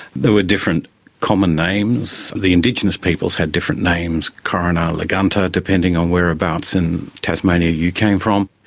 there were different common names. the indigenous peoples had different names coorinna, lagunta depending on whereabouts in tasmania you came from.